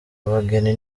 bageni